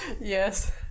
Yes